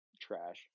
trash